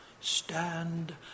Stand